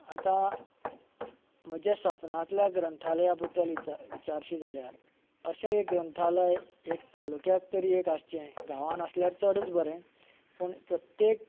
आता म्हज्या सपनांतल्या ग्रंथाबद्दल विचार विचारशी जाल्यार अशे एक ग्रंथालय एक तालुक्यांत आसचें गांवांत आसल्यार चडूच बरें पूण प्रत्येक